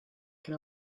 can